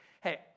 hey